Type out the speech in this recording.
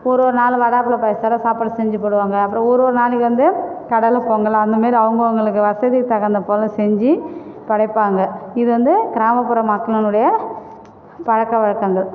ஒரு ஒரு நாலு வடாப்புல பாயாசத்தோடு சாப்பாடு செஞ்சு போடுவாங்க அப்புறம் ஒரு ஒரு நாளைக்கு வந்து கடலை பொங்கல் அந்தமாரி அவங்கவங்களுக்கு வசதிக்கு தகுந்த போல செஞ்சு படைப்பாங்க இது வந்து கிராமப்புற மக்களினுடைய பழக்க வழக்கங்கள்